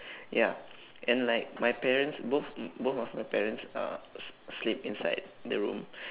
ya and like my parents both m~ both of my parents uh s~ sleep inside the room